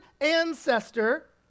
ancestor